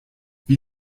wie